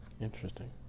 Interesting